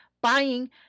buying